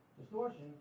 distortion